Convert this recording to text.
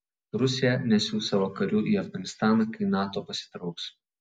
rusija nesiųs savo karių į afganistaną kai nato pasitrauks